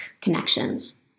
connections